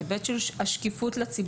זה מקבל מענה בהיבט של השקיפות לציבור,